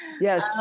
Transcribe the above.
yes